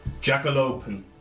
jackalope